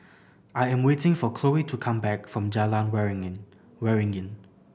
I am waiting for Khloe to come back from Jalan Waringin Waringin